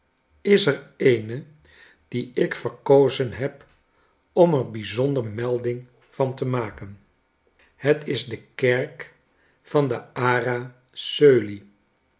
is er eene die ik verkozen heb om er bijzonder melding van te maken het is de kerk van de ara